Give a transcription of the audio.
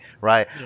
right